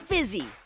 Fizzy